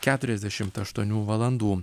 keturiasdešimt aštuonių valandų